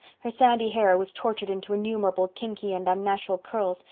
her sandy hair was tortured into innumerable kinky and unnatural curls,